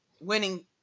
winning